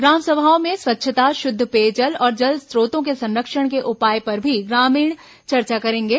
ग्राम सभाओं में स्वच्छता शुद्ध पेयजल और जल स्रोतों के संरक्षण के उपाए पर भी ग्रामीण चर्चा करेंगे